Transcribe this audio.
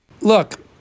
Look